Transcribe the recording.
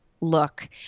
Look